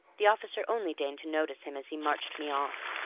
the officer only deigned to notice him as he marched me off.